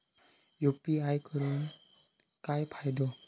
UPI करून काय फायदो?